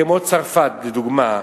כמו צרפת, לדוגמה: